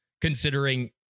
considering